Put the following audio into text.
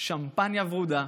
שמפניה ורודה,